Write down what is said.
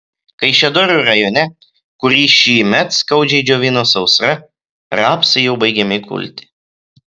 kaišiadorių rajone kurį šįmet skaudžiai džiovino sausra rapsai jau baigiami kulti